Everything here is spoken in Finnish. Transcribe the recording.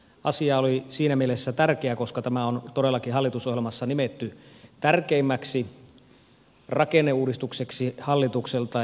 asia oli siinä mielessä tärkeä koska tämä on todellakin hallitusohjelmassa nimetty tärkeimmäksi rakenneuudistukseksi hallitukselta